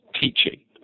teaching